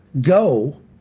go